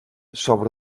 sobre